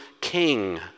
king